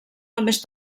només